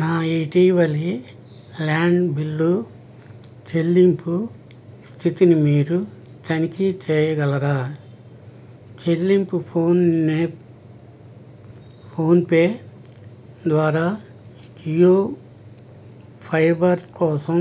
నా ఇటీవలి land bill చెల్లింపు స్థితిని మీరు తనిఖీ చేయగలరా చెల్లింపు ఫోన్ నెం ఫోన్పే ద్వారా క్యూ ఫైబర్ కోసం